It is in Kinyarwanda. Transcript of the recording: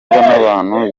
n’abantu